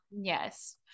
Yes